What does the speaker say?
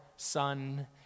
Son